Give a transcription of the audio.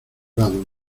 lado